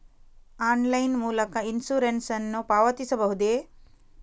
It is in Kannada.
ಆನ್ಲೈನ್ ಮೂಲಕ ಇನ್ಸೂರೆನ್ಸ್ ನ್ನು ಪಾವತಿಸಬಹುದೇ?